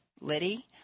Liddy